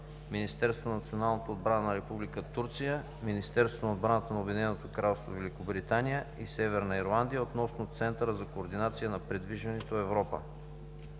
Министерството на националната отбрана на Република Турция, Министерството на отбраната на Обединеното кралство Великобритания и Северна Ирландия относно Центъра за координация на придвижването „Европа”.